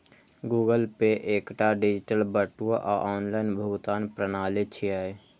Google Pay एकटा digital बटुआ आ ऑनलाइन भुगतान प्रणाली छियै